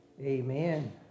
Amen